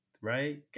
right